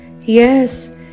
Yes